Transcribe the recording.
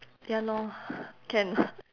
ya lor can orh